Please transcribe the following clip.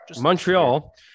Montreal